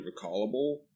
recallable